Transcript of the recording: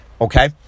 Okay